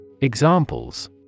Examples